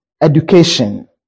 education